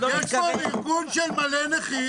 יש פה ארגון של הרבה נכים,